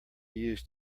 used